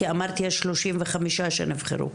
כי אמרת יש שלושים וחמישה שנבחרו.